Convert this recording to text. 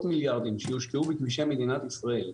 המיליארדים שהושקעו בכבישי מדינת ישראל,